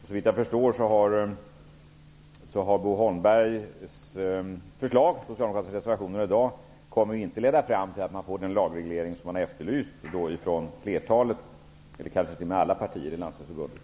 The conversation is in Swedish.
Såvitt jag förstår kommer Bo Holmbergs förslag och Socialdemokraternas reservationer i dag inte att leda till den lagreglering som efterlysts från flertalet, eller kanske t.o.m. från alla, partier inom